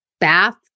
bath